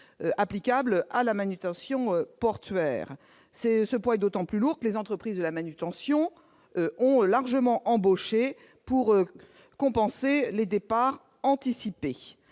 spécificités de ces dispositifs. Ce poids est d'autant plus lourd que les entreprises de manutention ont largement embauché pour compenser les départs anticipés.